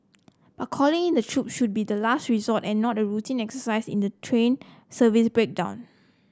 but calling in the troops should be the last resort and not a routine exercise in a train service breakdown